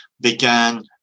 began